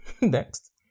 next